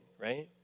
right